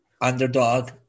underdog